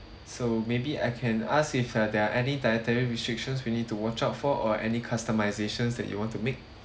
so maybe I can ask if uh there are any dietary restrictions we need to watch out for or any customisations that you want to make